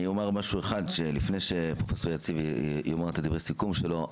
אומר משהו אחר לפני שפרופ' יציב יאמר את דברי הסיכום שלו.